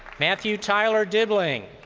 matthew tyler diddling.